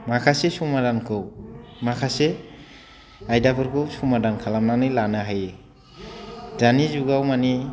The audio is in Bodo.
माखासे समाधानखौ माखासे आयदाफोरखौ समाधान खालामनानै लानो हायो दानि जुगाव माने